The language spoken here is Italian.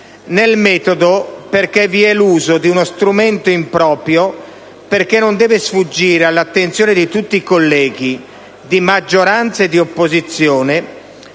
nel metodo vi è l'uso di uno strumento improprio. Non deve infatti sfuggire all'attenzione di tutti i colleghi, di maggioranza e di opposizione,